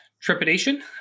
trepidation